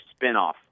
spinoff